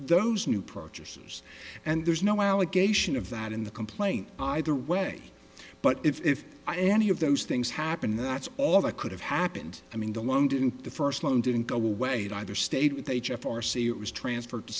those new purchases and there's no allegation of that in the complaint either way but if i any of those things happened that's all that could have happened i mean the loan didn't the first loan didn't go away it either stayed with h f r c it was transferred to